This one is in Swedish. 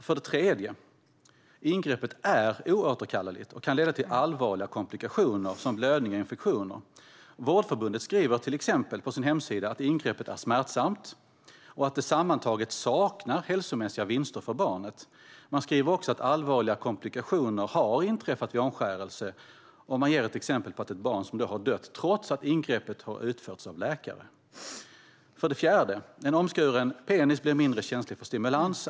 För det tredje: Ingreppet är oåterkalleligt och kan leda till allvarliga komplikationer som blödning och infektioner. Vårdförbundet skriver till exempel på sin hemsida att ingreppet är smärtsamt och att det sammantaget saknar hälsomässiga vinster för barnet. Man skriver också att allvarliga komplikationer har inträffat vid omskärelse och ger exempel på att ett barn har dött trots att ingreppet utförts av läkare. För det fjärde: En omskuren penis blir mindre känslig för stimulans.